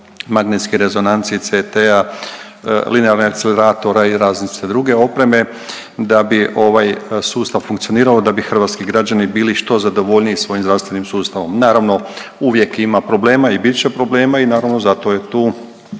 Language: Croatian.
magnetske rezonance i CT-a, linearnih akceleratora i razne druge opreme da bi ovaj sustav funkcionirao, da bi hrvatski građani bili što zadovoljniji svojim zdravstvenim sustavom. Naravno uvijek ima problema i bit će problema i naravno zato je tu